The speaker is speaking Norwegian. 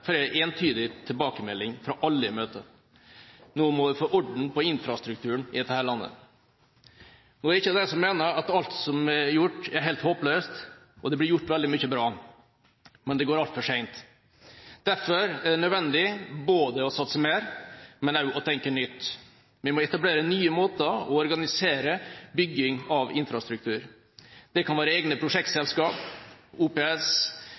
for arbeidsplassene i fastlandsnæringene. Når jeg møter folk og bedrifter rundt omkring i landet, får jeg entydig tilbakemelding fra alle jeg møter: Nå må dere få orden på infrastrukturen i dette landet! Nå er ikke jeg den som mener at alt som er gjort, er helt håpløst. Det blir gjort veldig mye bra, men det går altfor sent. Derfor er det nødvendig både å satse mer og å tenke nytt. Vi må etablere nye måter å organisere bygging av infrastruktur på. Det kan være